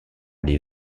les